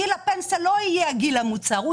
גיל הפנסיה לא יהיה הגיל המוצע אלא הוא